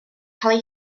cael